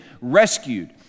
rescued